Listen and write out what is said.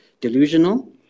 delusional